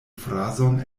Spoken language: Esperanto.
frazon